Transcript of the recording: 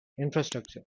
infrastructure